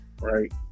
right